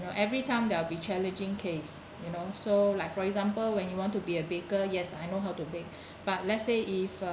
you know every time that will be challenging case you know so like for example when you want to be a baker yes I know how to bake but let's say if uh